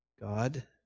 God